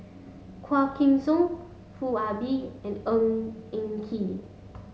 Quah Kim Song Foo Ah Bee and Eng Ng Kee